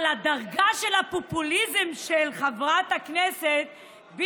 אבל לדרגה של הפופוליזם של חברת הכנסת שאשא